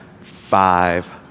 five